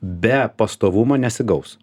be pastovumo nesigaus